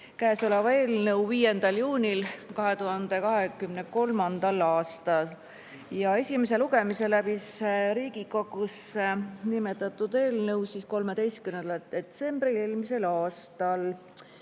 käesoleva eelnõu 5. juunil 2023. aastal ja esimese lugemise läbis Riigikogus nimetatud eelnõu 13. detsembril eelmisel aastal.